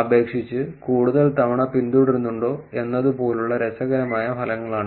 അപേക്ഷിച്ച് കൂടുതൽ തവണ പിന്തുടരുന്നുണ്ടോ എന്നത് പോലുള്ള രസകരമായ ഫലങ്ങളാണ് ഇത്